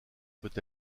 peut